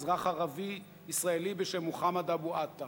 אזרח ערבי ישראלי בשם מוחמד אבו עטא.